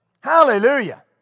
Hallelujah